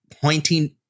pointing